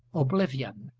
oblivion,